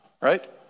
right